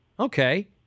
Okay